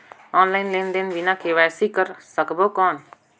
Online लेनदेन बिना KYC कर सकबो कौन??